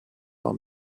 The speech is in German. war